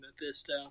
Mephisto